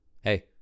hey